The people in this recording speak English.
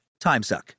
timesuck